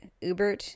Uber